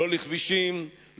לא לכבישים,